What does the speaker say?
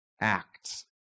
act